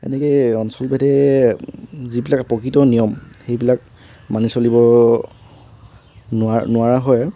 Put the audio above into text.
এনেকৈয়ে অঞ্চলভেদে যিবিলাক প্ৰকৃত নিয়ম সেইবিলাক মানি চলিব নোৱা নোৱাৰা হয়